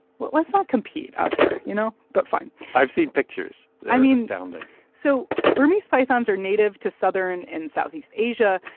well, let's not compete out here, you know, but fine i've seen pictures. they're. i mean. astounding so burmese pythons are native to southern and southeast asia.